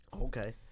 okay